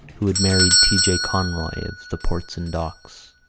who had married t. j. conroy of the port and docks.